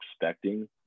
expecting